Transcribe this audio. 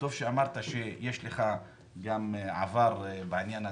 וטוב שאמרת שיש לך גם עבר בעניין הזה.